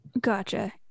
Gotcha